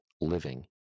living